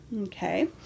Okay